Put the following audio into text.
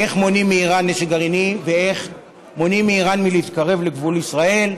איך מונעים מאיראן נשק גרעיני ואיך מונעים מאיראן להתקרב לגבול ישראל.